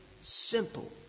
Simple